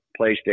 PlayStation